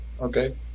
okay